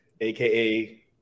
aka